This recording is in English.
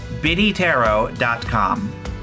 biddytarot.com